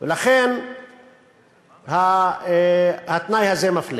לכן התנאי הזה מפלה.